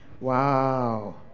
Wow